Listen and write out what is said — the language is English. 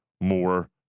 more